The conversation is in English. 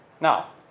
Now